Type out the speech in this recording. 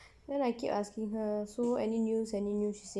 then I keep asking her so any news any news she say